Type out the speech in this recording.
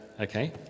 Okay